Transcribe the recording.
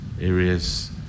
areas